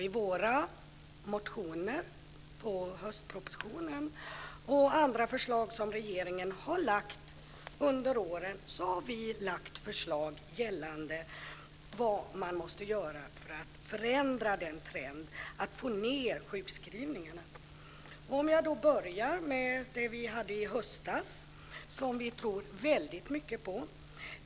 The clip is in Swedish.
I våra motioner med anledning av höstpropositionen och andra förslag som regeringen har lagt fram under åren har vi förslag om vad man ska göra för att förändra trenden och få ned antalet sjukskrivningar. Jag kan då börja med det som vi hade i höstas och som vi tror väldigt mycket på.